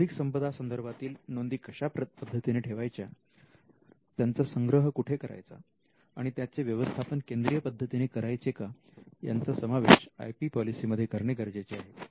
बौद्धिक संपदा संदर्भातील नोंदी कशा पद्धतीने ठेवायच्या त्यांचा संग्रह कुठे करायचा आणि त्याचे व्यवस्थापन केंद्रीय पद्धतीने करायचे का यांचा समावेश आय पी पॉलिसी मध्ये करणे गरजेचे आहे